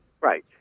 Right